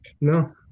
no